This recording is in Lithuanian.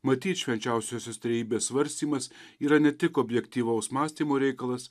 matyt švenčiausiosios trejybės svarstymas yra ne tik objektyvaus mąstymo reikalas